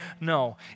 No